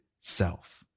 self